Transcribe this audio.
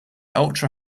ultra